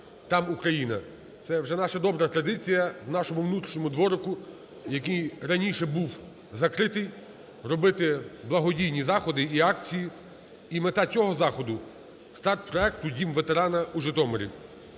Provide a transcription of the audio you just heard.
там Україна!". Це вже наша добра традиція, у нашому внутрішньому дворику, який раніше був закритий, робити благодійні заходи і акції. І мета цього заходу: старт проекту "Дім ветерана" у Житомирі.